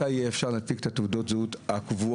מתי אפשר יהיה להנפיק את תעודות הזהות הקבועות,